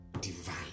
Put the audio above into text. divine